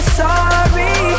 sorry